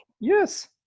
Yes